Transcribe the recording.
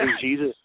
Jesus